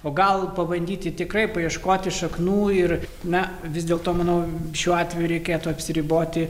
o gal pabandyti tikrai paieškoti šaknų ir na vis dėlto manau šiuo atveju reikėtų apsiriboti